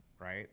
right